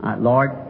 Lord